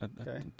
Okay